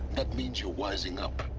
that means you're wising up